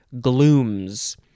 glooms